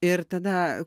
ir tada